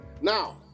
Now